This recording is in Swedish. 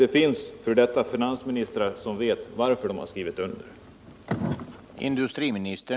Det finns f. d. finansministrar som vet varför de har skrivit under.